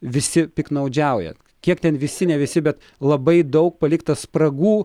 visi piktnaudžiauja kiek ten visi ne visi bet labai daug palikta spragų